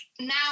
now